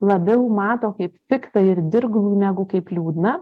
labiau mato kaip piktą ir dirglų negu kaip liūdną